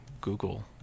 Google